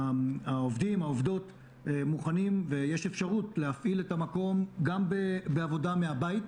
העובדים והעובדות מוכנים ויש אפשרות להפעיל את המקום גם בעבודה מהבית,